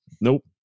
Nope